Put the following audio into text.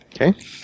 Okay